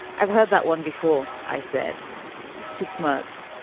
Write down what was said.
i've heard that one before. i said he smoked,